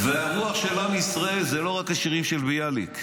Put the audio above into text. והרוח של עם ישראל זה לא רק השירים של ביאליק,